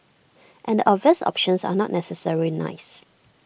and the obvious options are not necessarily nice